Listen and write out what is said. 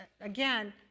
again